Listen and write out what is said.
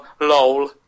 LOL